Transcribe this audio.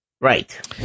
Right